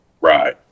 Right